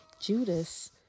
Judas